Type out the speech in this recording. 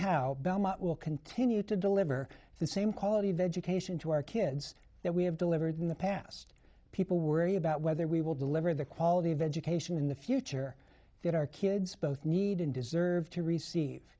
how belmont will continue to deliver the same quality of education to our kids that we have delivered in the past people worry about whether we will deliver the quality of education in the future that our kids both need and deserve to receive